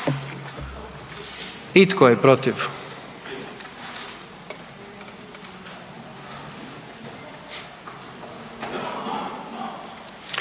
Tko je protiv?